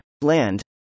Land